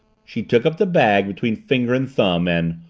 she took up the bag between finger and thumb and,